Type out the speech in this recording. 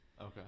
okay